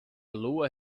lua